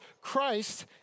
Christ